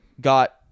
got